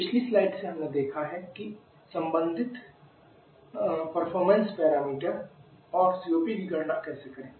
पिछली स्लाइड से हमने देखा है कि संबंधित प्रदर्शन पैरामीटर और COP की गणना कैसे करें